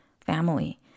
family